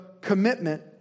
commitment